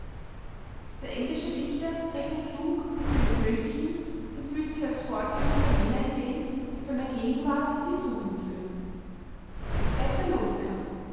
der englische dichter rechnet klug mit dem möglichen und fühlt sich als vorkämpfer jener ideen die von der gegenwart in die zukunft führen er ist der logiker